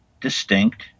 distinct